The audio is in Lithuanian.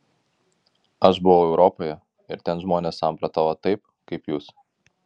aš buvau europoje ir ten žmonės samprotavo taip kaip jūs